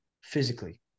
physically